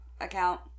account